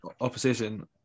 opposition